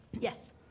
Yes